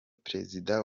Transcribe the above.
perezida